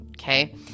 okay